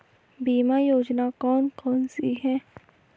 बीमा योजना कौन कौनसी हैं?